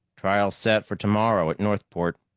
trial's set for tomorrow at northport,